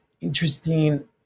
interesting